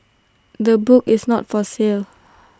the book is not for sale